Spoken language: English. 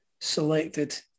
selected